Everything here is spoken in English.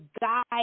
guide